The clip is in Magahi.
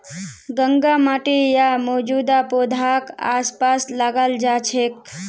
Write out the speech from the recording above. नंगा माटी या मौजूदा पौधाक आसपास लगाल जा छेक